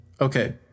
Okay